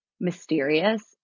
mysterious